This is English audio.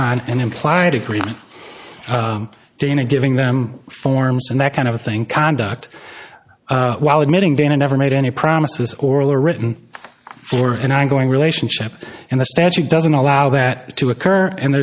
on an implied agreement dana giving them forms and that kind of thing conduct while admitting they never made any promises oral or written for an ongoing relationship and the statute doesn't allow that to occur and